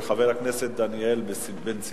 שמספרה 5369, של חבר הכנסת דניאל בן-סימון.